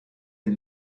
dem